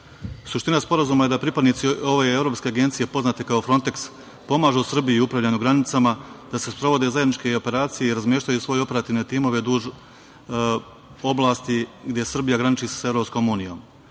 godine. Suština Sporazuma je da pripadnici Evropske agencije kao Fronteks pomažu Srbiji u upravljanju granicama, da se sprovode zajedničke operacije i razmeštaju svoje operativne timove duž oblasti gde se Srbija graniči sa EU.Donošenjem